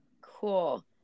Cool